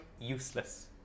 useless